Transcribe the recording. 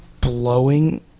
blowing